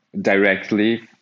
directly